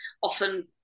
often